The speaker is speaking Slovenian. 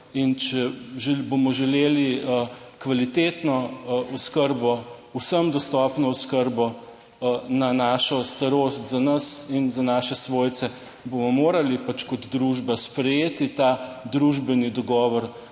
in če bomo želeli kvalitetno oskrbo, vsem dostopno oskrbo na našo starost, za nas in za naše svojce, bomo morali pač kot družba sprejeti ta družbeni dogovor,